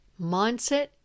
Mindset